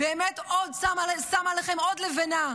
זה שם עליכם עוד לבנה,